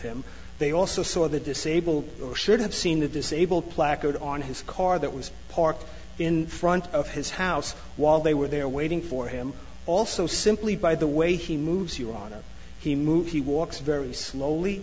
him they also saw the disabled or should have seen the disabled placard on his car that was parked in front of his house while they were there waiting for him also simply by the way he moves you on a he move he walks very slowly